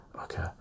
Okay